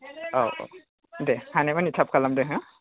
औ औ दे हानायमानि थाब खालामदो हो